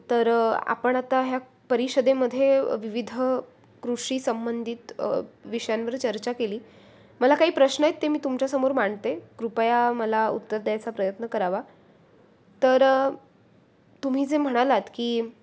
तर आपण आता ह्या परिषदेमध्ये विविध कृषी संबंधित विषयांवर चर्चा केली मला काही प्रश्न आहेत ते मी तुमच्यासमोर मांडते कृपया मला उत्तर द्यायचा प्रयत्न करावा तर तुम्ही जे म्हणालात की